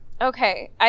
Okay